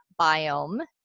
biome